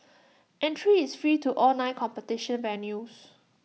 entry is free to all nine competition venues